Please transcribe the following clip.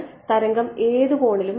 അതിനാൽ തരംഗം ഏത് കോണിലും വരാം